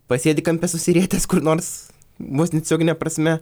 pasėdi kampe susirietęs kur nors vos ne tiesiogine prasme